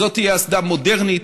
זאת תהיה אסדה מודרנית,